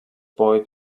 boy